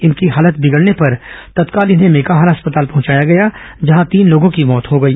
इनकी हालत बिगड़ने पर तत्काल इन्हें मेकाहारा अस्पताल पहुंचाया गया जहां तीन लोगों की मौत हो गई